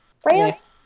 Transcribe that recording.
France